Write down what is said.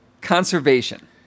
conservation